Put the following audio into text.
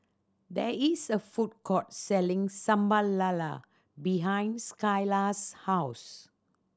there is a food court selling Sambal Lala behind Skyla's house